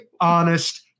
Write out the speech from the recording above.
honest